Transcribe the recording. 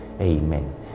Amen